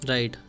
Right